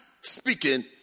speaking